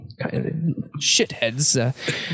Shitheads